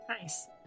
Nice